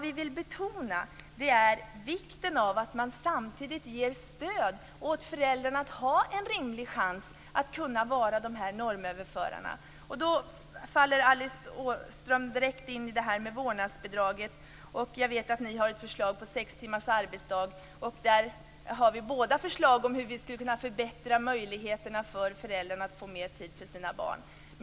Vi vill betona vikten av att man ger stöd till föräldrarna, så att de har en rimlig chans att vara de här normöverförarna. Alice Åström faller direkt in i detta med vårdnadsbidraget. Jag vet att ni har ett förslag om sex timmars arbetsdag. Vi har båda förslag om hur vi skulle kunna öka möjligheterna för föräldrarna att få mer tid för sina barn.